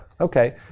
Okay